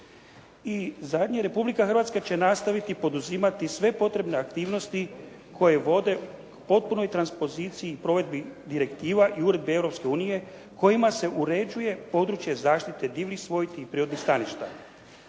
I zadnje, Republika Hrvatska će nastaviti poduzimati sve potrebne aktivnosti koje vode potpunoj transpoziciji i provedbi direktiva i uredbe Europske unije kojima se uređuje područje zaštite divljih svojti i prirodnih staništa.